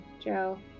Joe